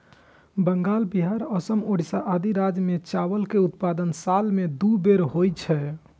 बंगाल, बिहार, असम, ओड़िशा आदि राज्य मे चावल के उत्पादन साल मे दू बेर होइ छै